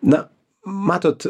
na matot